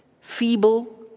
Feeble